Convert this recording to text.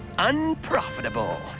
Unprofitable